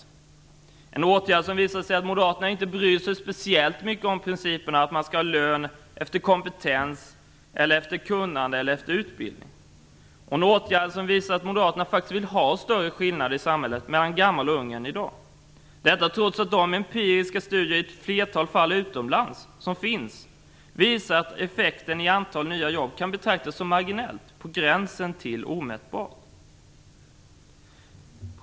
Det är en åtgärd som visar att Moderaterna inte bryr sig speciellt mycket om principen att man skall ha lön efter kompetens, kunnande eller utbildning. Det är en åtgärd som visar att Moderaterna vill ha större skillnader i samhället mellan gammal och ung än i dag - detta trots att empiriska studier i ett flertal fall utomlands visar att effekten i antal nya jobb kan betraktas som marginell, på gränsen till omätbar.